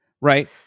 right